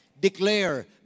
Declare